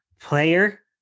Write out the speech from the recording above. Player